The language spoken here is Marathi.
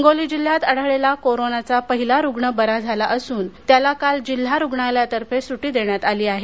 हिंगोली जिल्ह्यात आढळलेला कोरोनाचा पहिला रूग्ण बरा झाला असून त्याला काल जिल्हा रूग्णालयाच्या तर्फे सुटी देण्यात आली आहे